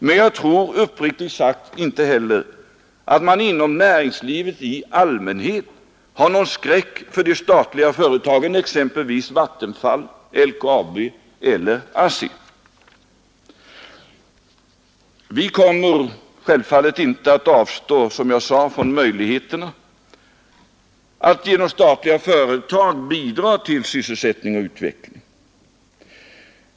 Men jag tror uppriktigt sagt inte heller att man inom näringslivet i allmänhet har någon skräck för de statliga företagen — exempelvis Vattenfall, LKAB eller ASSI. Vi kommer självfallet inte att avstå från möjligheterna att genom statliga företag bidra till sysselsättning och utveckling.